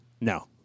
No